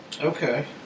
Okay